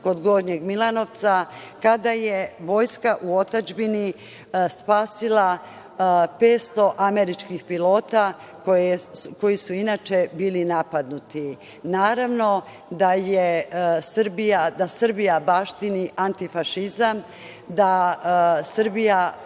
kod Gornjeg Milanovca, kada je vojska u otadžbini spasila 500 američkih pilota, koji su inače bili napadnuti. Naravno da Srbija baštini antifašizam, da Srbija